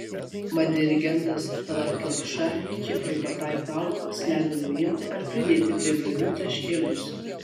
mat dirigentas tallat kelpša kiprui pataikaudamas leido nuimti ar pridėti prie gaidų taškelius